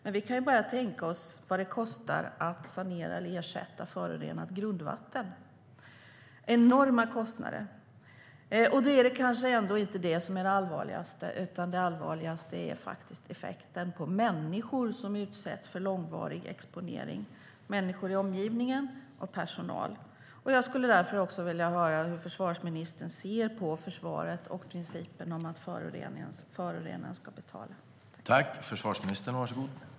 Men vi kan bara tänka oss vad det kostar att sanera eller ersätta förorenat grundvatten. Det är enorma kostnader. Då är det kanske ändå inte det som är det allvarligaste, utan det allvarligaste är faktiskt effekten på människor som utsätts för långvarig exponering - människor i omgivningen och personal. Därför skulle jag vilja höra hur försvarsministern ser på försvaret och på principen om att förorenaren ska betala.